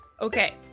okay